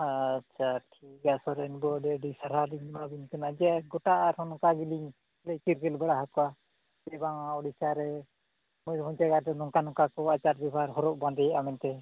ᱟᱪᱪᱷᱟ ᱴᱷᱤᱠ ᱜᱮᱭᱟ ᱥᱚᱨᱮᱱ ᱵᱟᱹᱵᱩ ᱟᱹᱰᱤ ᱟᱹᱰᱤ ᱥᱟᱨᱦᱟᱣ ᱞᱤᱧ ᱮᱢᱟ ᱵᱮᱱ ᱠᱟᱱᱟ ᱡᱮ ᱜᱳᱴᱟ ᱟᱨᱦᱚᱸ ᱱᱚᱝᱠᱟ ᱜᱮᱞᱤᱧ ᱞᱟᱹᱭ ᱪᱮᱫ ᱵᱟᱲᱟ ᱠᱚᱣᱟ ᱪᱮ ᱵᱟᱝ ᱳᱰᱤᱥᱟ ᱨᱮ ᱢᱚᱭᱩᱨᱵᱷᱚᱸᱡᱽ ᱡᱟᱭᱜᱟ ᱨᱮ ᱱᱚᱝᱠᱟ ᱱᱚᱝᱠᱟ ᱠᱚ ᱟᱪᱟᱨ ᱵᱮᱵᱷᱟᱨ ᱦᱚᱨᱚᱜ ᱵᱟᱸᱫᱮᱭᱮᱜᱼᱟ ᱢᱮᱱᱛᱮ